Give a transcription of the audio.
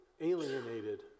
alienated